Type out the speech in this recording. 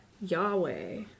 Yahweh